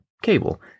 cable